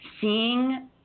seeing